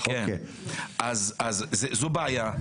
אז זו בעיה.